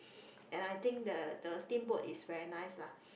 and I think the the steamboat is very nice lah